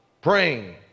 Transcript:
praying